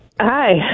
Hi